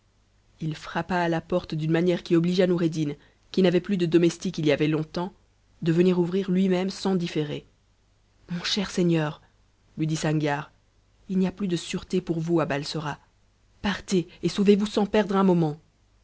il frappa à la porte d'une manière qui obligea noureddin qui n avait plus de domestique il y avait longtemps de venir ouvrir lui-même sans différer mon cher seigneur lui dit sangiar il n'y a plus de sûreté pour vous à balsora partez et sauvez-vous sans perdre un moment